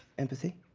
empathy?